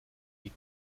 die